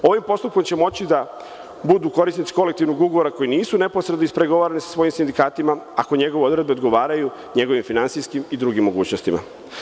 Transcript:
Ovim postupkom moći će da budu korisnici kolektivnog ugovora koji nisu neposrednog ispregovarali sa svojim sindikatima, ako njegove odredbe odgovaraju njegovim finansijskim i drugim mogućnostima.